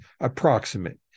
Approximate